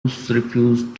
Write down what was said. refused